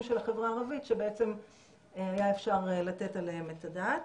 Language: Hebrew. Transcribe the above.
של החברה הערבית שהיה אפשר לתת עליהם את הדעת